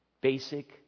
basic